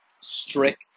strict